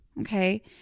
Okay